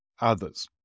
others